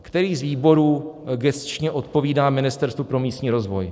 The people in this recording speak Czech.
Který z výborů gesčně odpovídá Ministerstvu pro místní rozvoj?